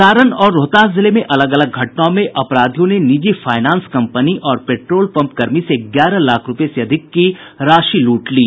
सारण और रोहतास जिले में अलग अलग घटनाओं में अपराधियों ने निजी फाइनेंस कम्पनी और पेट्रोल पम्प कर्मी से ग्यारह लाख रूपये से अधिक की राशि लूट ली